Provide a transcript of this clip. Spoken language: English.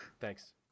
Thanks